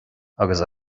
agus